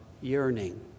yearning